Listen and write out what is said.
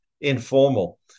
informal